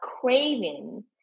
craving